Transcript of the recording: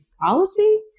policy